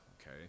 okay